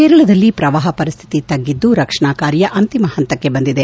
ಕೇರಳದಲ್ಲಿ ಪ್ರವಾಪ ಪರಿಸ್ಥಿತಿ ತ್ಗಿದ್ದು ರಕ್ಷಣಾ ಕಾರ್ಯ ಅಂತಿಮ ಪಂತಕ್ಕೆ ಬಂದಿದೆ